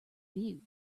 view